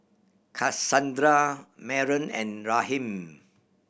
Cassandra Maren and Raheem